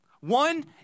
One